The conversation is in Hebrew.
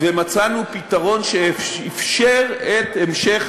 ומצאנו פתרון שאפשר את המשך